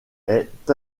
est